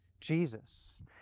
Jesus